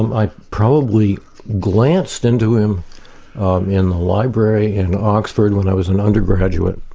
i probably glanced into him in the library in oxford when i was an undergraduate.